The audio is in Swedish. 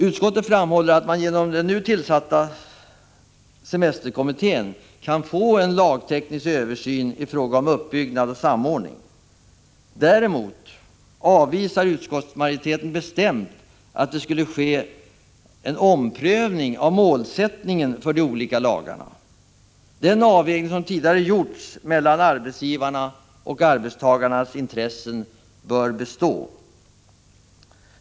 Utskottet framhåller att man genom den nu tillsatta semesterkommittén kan få en lagteknisk översyn i fråga om uppbyggnad och samordning. Däremot avvisar utskottsmajoriteten bestämt att det skall ske en omprövning av målsättningen för de olika lagarna. Den avvägning som tidigare gjorts mellan arbetsgivarnas och arbetstagarnas intressen bör bestå.